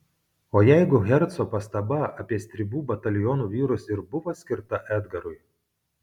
o jeigu herco pastaba apie stribų bataliono vyrus ir buvo skirta edgarui